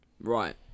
Right